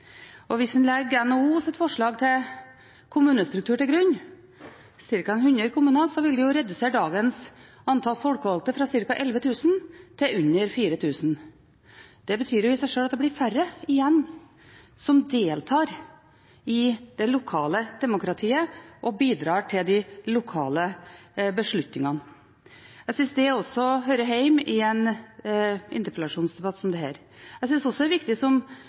Hvis en legger NHOs forslag til kommunestruktur til grunn – ca. 100 kommuner – vil det redusere dagens antall folkevalgte fra ca. 11 000 til under 4 000. Det betyr i seg sjøl at det blir færre som deltar i det lokale demokratiet og bidrar til de lokale beslutningene. Jeg synes også det hører hjemme i en interpellasjonsdebatt som dette. Jeg synes også det er viktig